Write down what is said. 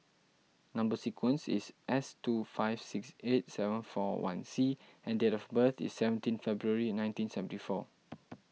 Number Sequence is S two five six eight seven four one C and date of birth is seventeen February nineteen seventy four